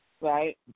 Right